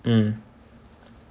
mm